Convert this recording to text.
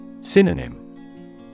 Synonym